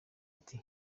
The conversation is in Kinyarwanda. ati